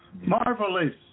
marvelous